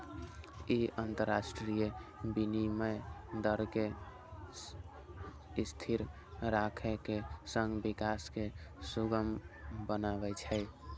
ई अंतरराष्ट्रीय विनिमय दर कें स्थिर राखै के संग विकास कें सुगम बनबै छै